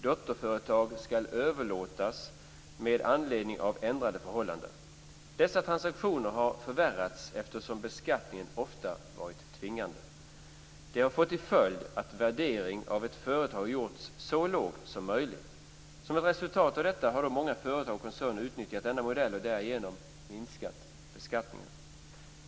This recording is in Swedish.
Dotterföretag skall överlåtas med anledning av ändrade förhållanden. Dessa transaktioner har förvärrats eftersom beskattningen ofta varit tvingande. Det har fått till följd att värdering av ett företag har gjorts så låg som möjligt. Som ett resultat av detta har många företag och koncerner utnyttjat denna modell och därigenom minskat beskattningen.